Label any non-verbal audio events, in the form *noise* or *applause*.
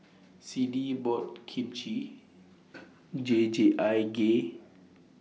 Siddie bought Kimchi *noise* Jjigae *unintelligible*